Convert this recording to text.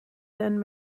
then